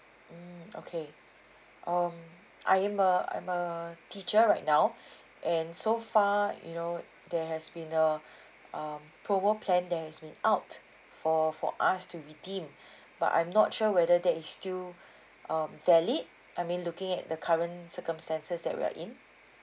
mm okay um I am a I'm a teacher right now and so far you know there has been a um promo plan that has been out for for us to redeem but I'm not sure whether that is still um valid I mean looking at the current circumstances that we're in